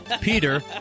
Peter